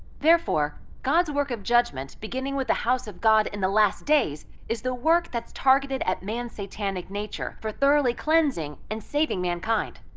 therefore, god's work of judgment beginning with the house of god in the last days is the work that's targeted at man's satanic nature for thoroughly cleansing and saving mankind.